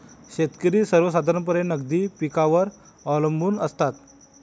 शेतकरी सर्वसाधारणपणे नगदी पिकांवर अवलंबून असतात